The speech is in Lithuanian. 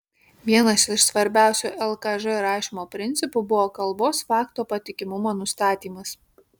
vienas iš svarbiausių lkž rašymo principų buvo kalbos fakto patikimumo nustatymas